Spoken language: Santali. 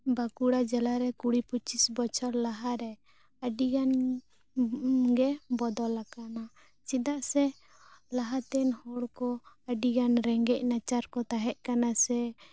ᱵᱟᱸᱠᱩᱲᱟ ᱡᱮᱞᱟ ᱨᱮ ᱠᱩᱲᱤ ᱯᱩᱪᱤᱥ ᱵᱚᱪᱷᱚᱨ ᱞᱟᱦᱟᱨᱮ ᱟᱹᱰᱤ ᱜᱟᱱ ᱜᱮ ᱵᱚᱫᱚᱞᱟᱠᱟᱱᱟ ᱪᱮᱫᱟᱜ ᱥᱮ ᱞᱟᱦᱟ ᱛᱮᱱ ᱦᱚᱲ ᱠᱚ ᱟᱹᱰᱤ ᱜᱟᱱ ᱨᱮᱸᱜᱮᱡ ᱱᱟᱪᱟᱨ ᱠᱚ ᱛᱟᱦᱮᱸᱜ ᱠᱟᱱᱟ ᱥᱮ